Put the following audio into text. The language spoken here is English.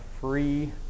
free